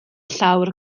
llawr